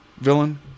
villain